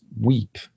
weep